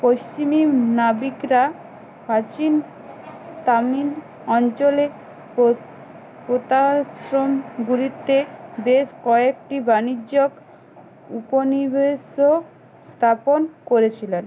পশ্চিমী নাবিকরা প্রাচীন তামিল অঞ্চলে প্রোত পোতাশ্রযনগুলিতে বেশ কয়েকটি বাণিজ্যক উপনিবেশও স্তাপন করেছিলেন